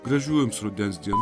gražių jums rudens dienų